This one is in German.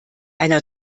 einer